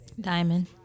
Diamond